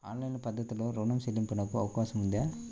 Online పద్ధతిలో రుణ చెల్లింపునకు అవకాశం ఉందా?